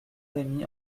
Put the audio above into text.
rémy